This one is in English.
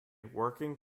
working